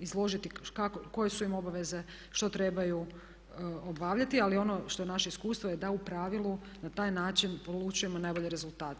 izložiti kako, koje su im obaveze, što trebaju obavljati ali ono što naše iskustvo je da u pravilu na taj način poručujemo najbolje rezultate.